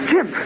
Jim